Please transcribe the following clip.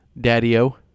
daddy-o